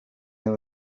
mil